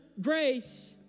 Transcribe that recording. grace